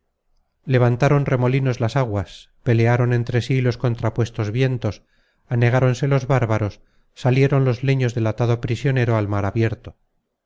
levantaron remolinos las aguas pelearon entre sí los contrapuestos vientos anegáronse los bárbaros salieron los leños del atado prisionero al mar abierto